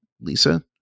Lisa